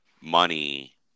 money